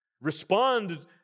Respond